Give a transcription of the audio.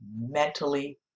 mentally